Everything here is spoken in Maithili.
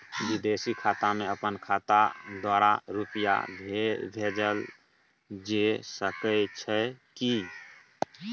विदेशी खाता में अपन खाता द्वारा रुपिया भेजल जे सके छै की?